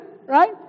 Right